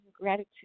gratitude